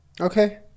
Okay